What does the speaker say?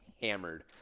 hammered